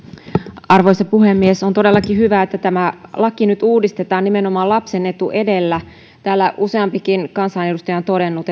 arvoisa puhemies on todellakin hyvä että tämä laki nyt uudistetaan nimenomaan lapsen etu edellä täällä useampikin kansanedustaja on todennut